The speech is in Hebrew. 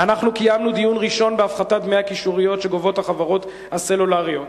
אנחנו קיימנו דיון ראשון בהפחתת דמי הקישוריות שגובות החברות הסלולריות.